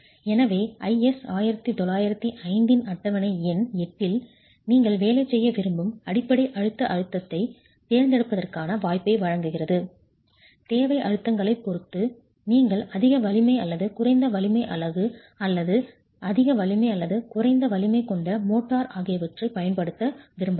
எனவே IS 1905 இன் அட்டவணை எண் 8 நீங்கள் வேலை செய்ய விரும்பும் அடிப்படை அழுத்த அழுத்தத்தைத் தேர்ந்தெடுப்பதற்கான வாய்ப்பை வழங்குகிறது தேவை அழுத்தங்களைப் பொறுத்து நீங்கள் அதிக வலிமை அல்லது குறைந்த வலிமை அலகு அல்லது அதிக வலிமை அல்லது குறைந்த வலிமை கொண்ட மோட்டார் ஆகியவற்றைப் பயன்படுத்த விரும்பலாம்